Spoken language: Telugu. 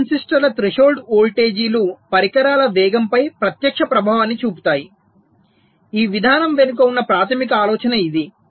ట్రాన్సిస్టర్ల త్రెషోల్డ్ వోల్టేజీలు పరికరాల వేగంపై ప్రత్యక్ష ప్రభావాన్ని చూపుతాయి ఈ విధానం వెనుక ఉన్న ప్రాథమిక ఆలోచన ఇది